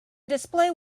display